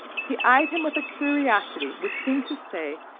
he eyed him with a curiosity which seemed to say,